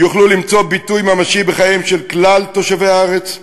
יוכלו למצוא ביטוי ממשי בחייהם של כלל תושבי הארץ?